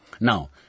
Now